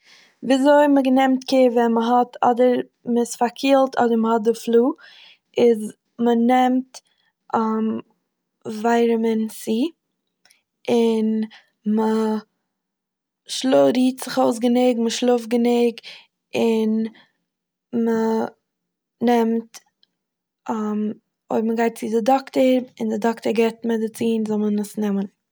וויזוי מ'גע- נעמט קעיר ווען מ'האט אדער מ'איז פארקילט אדער מ'האט די פלו איז מ'נעמט ווייטעמין סי, און מ'שלא- רוהט זיך אויס גענוג, און מ'נעמט- אויב מ'גייט צו די דאקטער און די דאקטער געט מעדיצין זאל מען עס נעמען.